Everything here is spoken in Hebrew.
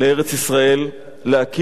להקים כאן מדינה יהודית.